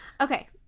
okay